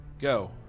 Go